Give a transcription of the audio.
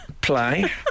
play